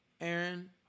aaron